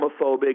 homophobic